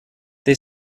they